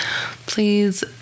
please